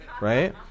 right